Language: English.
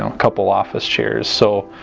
ah couple office chairs so